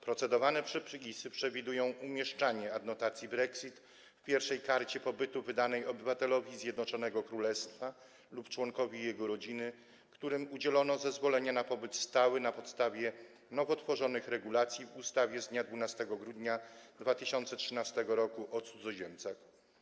Procedowane przepisy przewidują umieszczanie adnotacji: brexit w pierwszej karcie pobytu wydanej obywatelowi Zjednoczonego Królestwa lub członkowi jego rodziny, któremu udzielono zezwolenia na pobyt stały na podstawie nowo tworzonych regulacji w ustawie z dnia 12 grudnia 2013 r. o cudzoziemcach.